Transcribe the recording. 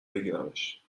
بگیرمش